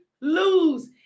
lose